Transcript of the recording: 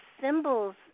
symbols